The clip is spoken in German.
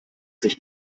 sich